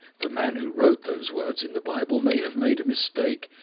the man who wrote those words in the bible may have made a mistake.